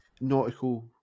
nautical